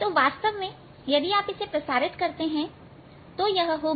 वास्तव में यदि आप इसे प्रसारित करते हैं तो यह होगी